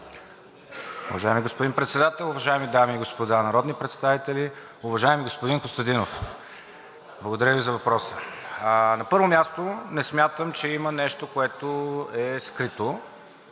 Уважаеми господин Председател, уважаеми дами и господа народни представители! Уважаеми господин Костадинов, благодаря Ви за въпроса. На първо място, не смятам, че има нещо, което е скрито,